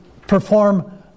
perform